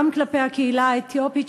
גם כלפי הקהילה האתיופית,